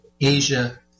Asia